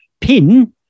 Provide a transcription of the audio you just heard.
pin